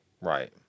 Right